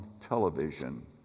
television